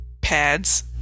pads